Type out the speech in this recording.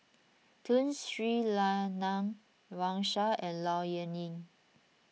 Tun Sri Lanang Wang Sha and Low Yen Ling